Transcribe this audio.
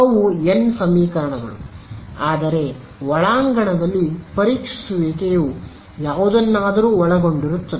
ಅವು n ಸಮೀಕರಣಗಳು ಆದರೆ ಒಳಾಂಗಣದಲ್ಲಿ ಪರೀಕ್ಷಿಸುವಿಕೆಯು ಯಾವುದನ್ನಾದರೂ ಒಳಗೊಂಡಿರುತ್ತದೆ